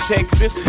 Texas